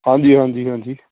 ਹਾਂਜੀ ਹਾਂਜੀ ਹਾਂਜੀ